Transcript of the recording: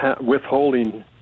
withholding